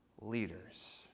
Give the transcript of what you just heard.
leaders